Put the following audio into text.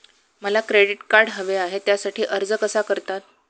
मला credit card हवे आहे त्यासाठी अर्ज कसा करतात?